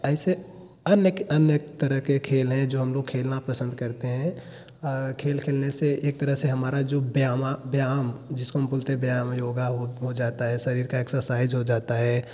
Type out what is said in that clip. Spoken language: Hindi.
ऐसे अन्य अन्य तरह के खेल हैं जो हम लोग खेलना पसंद करते हैं खेल खेलने से एक तरह से हमारा जो व्यामा व्याम जिसको हम बोलते हैं व्यायाम योगा हो हो जाता है शरीर का एक्सरसाइज हो जाता है